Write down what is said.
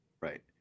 Right